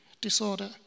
disorder